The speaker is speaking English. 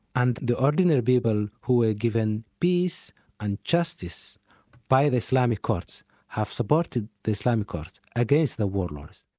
and the ordinary people who were given peace and justice by the islamic courts have supported the islamic courts against the warlords.